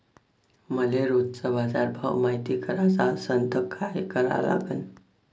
मले रोजचा बाजारभव मायती कराचा असन त काय करा लागन?